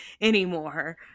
anymore